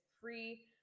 free